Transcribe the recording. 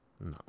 No